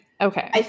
Okay